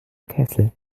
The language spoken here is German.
kessel